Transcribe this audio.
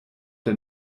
der